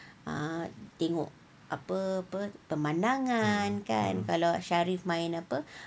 ah tengok apa apa pemandangan kan kalau sharif main apa